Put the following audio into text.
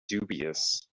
dubious